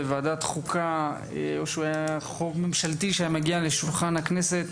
בוועדת חוקה או שהוא היה חוק ממשלתי שהיה מגיע לשולחן הכנסת